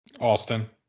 Austin